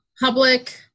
public